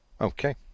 Okay